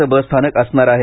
चं बस स्थानक असणार आहे